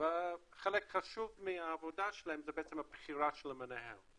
וחלק חשוב מהעבודה שלהם זה בעצם הבחירה של המנהל,